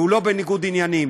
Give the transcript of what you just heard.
והוא לא בניגוד עניינים.